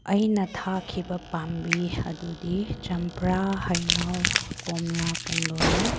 ꯑꯩꯅ ꯊꯥꯈꯤꯕ ꯄꯥꯝꯕꯤ ꯑꯗꯨꯗꯤ ꯄꯝꯄ꯭ꯔꯥ ꯍꯩꯅꯧ ꯀꯣꯝꯂꯥ ꯄꯨꯡꯗꯣꯟꯅꯤ